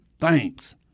thanks